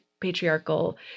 patriarchal